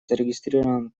зарегистрирован